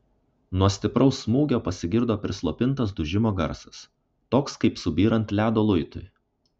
nuo stipraus smūgio pasigirdo prislopintas dužimo garsas toks kaip subyrant ledo luitui